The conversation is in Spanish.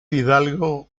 hidalgo